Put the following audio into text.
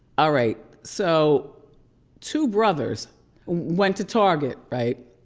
ah right, so two brothers went to target, right.